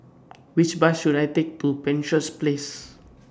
Which Bus should I Take to Penshurst Place